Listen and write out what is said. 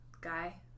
guy